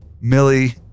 Millie